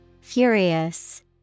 furious